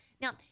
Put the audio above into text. now